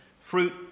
fruit